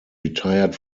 retired